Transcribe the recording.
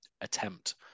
attempt